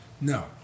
No